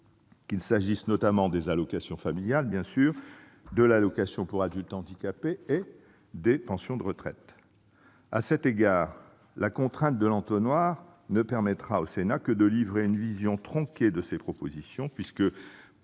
qu'il s'agisse notamment des allocations familiales, de l'allocation aux adultes handicapés ou des pensions de retraite. À cet égard, la contrainte de « l'entonnoir » ne permettra au Sénat que de livrer une vision tronquée de ses propositions, puisque